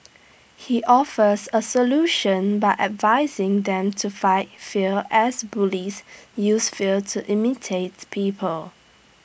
he offers A solution by advising them to fight fear as bullies use fear to imitate people